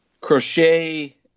Crochet